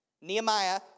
Nehemiah